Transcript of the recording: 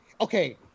okay